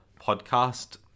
podcast